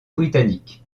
britannique